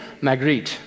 Magritte